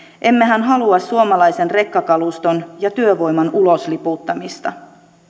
emmehän halua suomalaisen rekkakaluston ja työvoiman ulosliputtamista